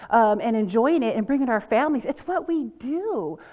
um and enjoying it, and bring it our families. it's what we do.